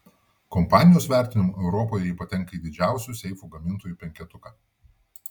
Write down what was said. kompanijos vertinimu europoje ji patenka į didžiausių seifų gamintojų penketuką